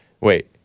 Wait